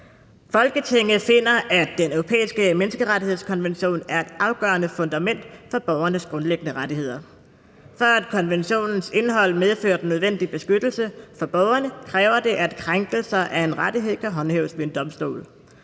»Folketinget finder, at Den Europæiske Menneskerettighedskonvention er et afgørende fundament for borgernes grundlæggende rettigheder. For at konventionens indhold medfører den nødvendige beskyttelse for borgerne, kræver det, at krænkelser af en rettighed kan håndhæves ved en domstol.